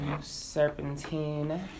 Serpentine